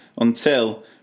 until